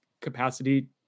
capacity